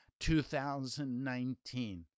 2019